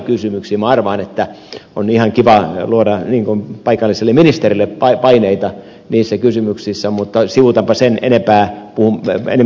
minä arvaan että on ihan kiva luoda paikalliselle ministerille paineita niissä kysymyksissä mutta sivuutanpa sen enemmittä puheitta